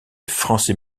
français